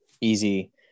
easy